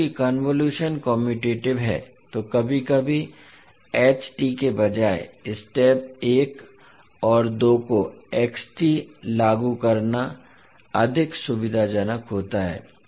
अब चूंकि convolution commutative है तो कभी कभी के बजाय स्टेप एक और दो को लागू करना अधिक सुविधाजनक होता है